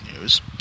news